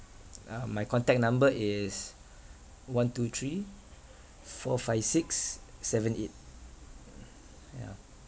uh my contact number is one two three four five six seven eight mm yeah